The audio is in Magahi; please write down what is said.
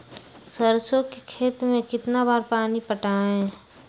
सरसों के खेत मे कितना बार पानी पटाये?